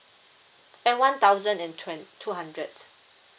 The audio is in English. eh one thousand and twent~ two hundred